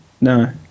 No